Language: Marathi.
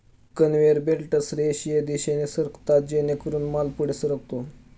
कन्व्हेयर बेल्टस रेषीय दिशेने सरकतात जेणेकरून माल पुढे सरकतो